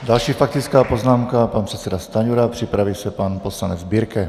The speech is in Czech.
Další faktická poznámka pan předseda Stanjura, připraví se pan poslanec Birke.